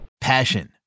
Passion